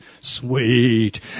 Sweet